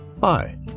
Hi